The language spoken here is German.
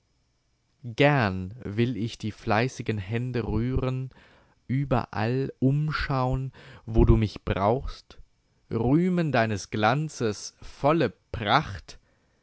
gern will ich die fleißigen hände rühren überall umschaun wo du mich brauchst rühmen deines glanzes volle pracht